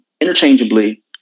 interchangeably